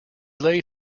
laid